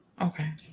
Okay